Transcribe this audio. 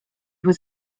was